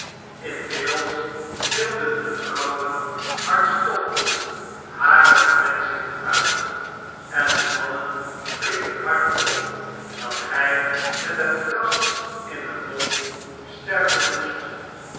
inmiddels gilden de vrouwenhartstochtelp hare verwenschingen uit en de mannen riepen hardop dat hii met het gras in den mond sterven moest